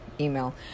email